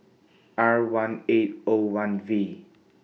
R one eight O one V